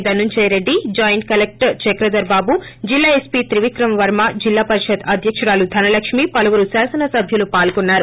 Dhanunjaya Reddy joint collector Chakradhar Babu జిల్లా SP Trivikrama Varma జిల్లాపరిషత్ అధ్యకురాలు ధనలక్ష్మి పలువురు శాసన సభ్యలు పాల్గొన్నారు